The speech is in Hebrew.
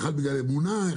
אחת בגלל אמונה,